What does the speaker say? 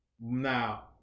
Now